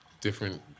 different